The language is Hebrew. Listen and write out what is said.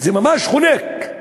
זה ממש חונק.